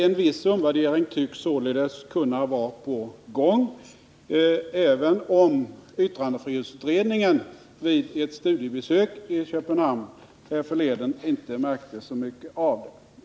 En viss omvärdering tycks således kunna vara på gång, även om yttrandefrihetsutredningen vid ett studiebesök i Köpenhamn härförleden inte märkte så mycket av det i övrigt.